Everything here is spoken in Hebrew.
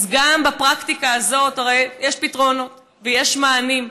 אז גם בפרקטיקה הזאת הרי יש פתרונות ויש מענים,